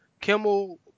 Kimmel